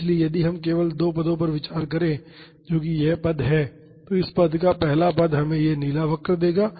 इसलिए यदि हम केवल पहले दो पदों पर विचार करें जो कि यह पद है और इस पद का पहला पद हमें यह नीला वक्र देगा